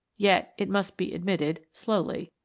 yet, it must be admitted, slowly.